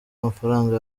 amafaranga